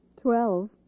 Twelve